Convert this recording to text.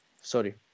Sorry